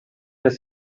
les